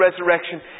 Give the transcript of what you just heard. resurrection